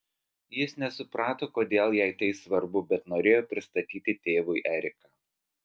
jis nesuprato kodėl jai tai svarbu bet norėjo pristatyti tėvui eriką